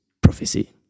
prophecy